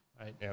right